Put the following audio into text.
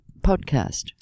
podcast